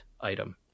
item